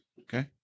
Okay